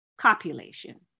copulation